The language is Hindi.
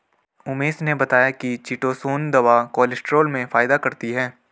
उमेश ने बताया कि चीटोसोंन दवा कोलेस्ट्रॉल में फायदा करती है